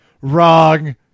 Wrong